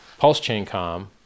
PulseChain.com